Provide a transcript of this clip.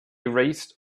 erased